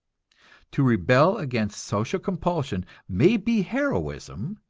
to rebel against social compulsion may be heroism,